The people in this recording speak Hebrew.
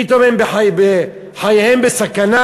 פתאום חייהם בסכנה?